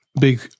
big